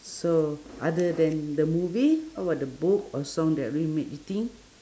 so other than the movie how about the book or song that really made you think